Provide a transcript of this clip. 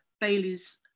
Bailey's